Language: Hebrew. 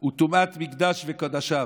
הוא טומאת מקדש וקודשיו.